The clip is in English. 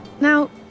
Now